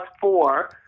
four